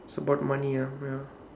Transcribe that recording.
is about money ya ya